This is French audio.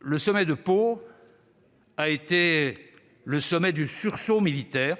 le sommet de Pau a été le sommet du sursaut militaire,